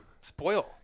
Spoil